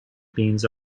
beans